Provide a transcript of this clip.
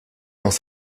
dans